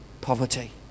poverty